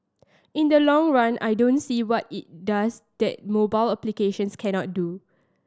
in the long run I don't see what it does that mobile applications cannot do